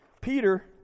Peter